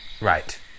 Right